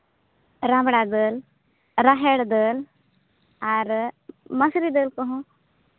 ᱨᱟᱢᱲᱟ ᱫᱟᱹᱞ ᱨᱟᱦᱮᱲ ᱫᱟᱹᱞ ᱟᱨ ᱢᱟᱹᱥᱨᱤ ᱫᱟᱹᱞ ᱠᱚᱦᱚᱸ